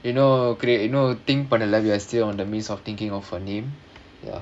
you know create you know think பண்ணல:pannala are still on the midst of thinking of a name ya